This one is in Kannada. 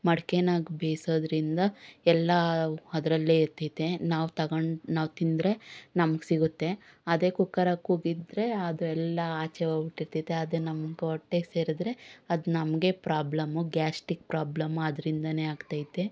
ಮಡ್ಕೆದಾಗ ಬೇಯಿಸೋದ್ರಿಂದ ಎಲ್ಲ ಅದರಲ್ಲೇ ಇರ್ತೈತೆ ನಾವು ತೊಗೊಂಡು ನಾವು ತಿಂದರೆ ನಮಗೆ ಸಿಗುತ್ತೆ ಅದೇ ಕುಕ್ಕರಾಗೆ ಕೂಗಿದ್ರೆ ಅದೆಲ್ಲ ಆಚೆ ಹೋಗ್ಬಿಟ್ಟಿರ್ತೈತೆ ಅದು ನಮಗೆ ಹೊಟ್ಟೆ ಸೇರಿದ್ರೆ ಅದು ನಮಗೇ ಪ್ರಾಬ್ಲಮ್ಮು ಗ್ಯಾಸ್ಟಿಕ್ ಪ್ರಾಬ್ಲಮ್ಮು ಅದರಿಂದಲೇ ಆಗ್ತೈತೆ